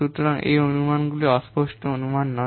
সুতরাং এই অনুমানগুলি অস্পষ্ট অনুমান নয়